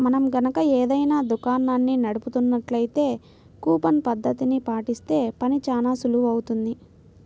మనం గనక ఏదైనా దుకాణాన్ని నడుపుతున్నట్లయితే కూపన్ పద్ధతిని పాటిస్తే పని చానా సులువవుతుంది